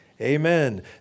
Amen